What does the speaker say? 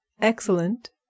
excellent